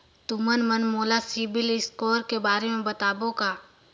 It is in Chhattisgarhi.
तुमन मन मोला सीबिल स्कोर के बारे म बताबो का?